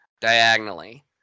diagonally